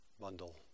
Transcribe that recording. bundle